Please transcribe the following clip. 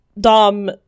Dom